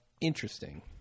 interesting